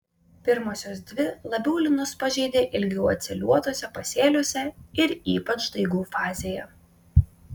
pirmosios dvi labiau linus pažeidė ilgiau atsėliuotuose pasėliuose ir ypač daigų fazėje